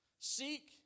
Seek